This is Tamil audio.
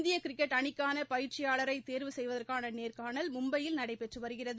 இந்திய கிரிக்கெட் அணிக்கான பயிற்சியாளரை தேர்வு செய்வதற்கான நேர்க்காணல் மும்பையில் நடைபெற்று வருகிறது